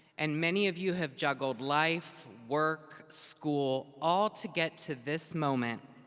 and many of you have juggled life, work, school, all to get to this moment.